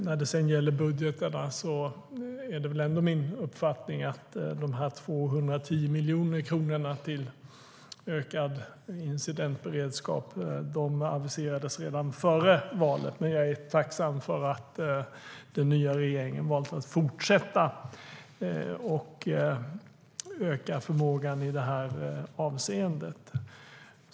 När det sedan gäller budgetarna är det min uppfattning att de 210 miljonerna till ökad incidentberedskap aviserades redan före valet, och jag är tacksam för att den nya regeringen valt att fortsätta att öka förmågan i det avseendet.